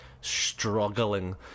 struggling